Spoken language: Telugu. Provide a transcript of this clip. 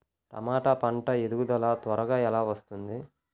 టమాట పంట ఎదుగుదల త్వరగా ఎలా వస్తుంది?